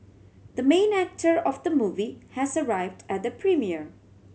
the main actor of the movie has arrived at the premiere